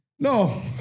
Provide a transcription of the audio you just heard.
No